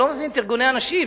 אני לא מבין את ארגוני הנשים,